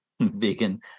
Vegan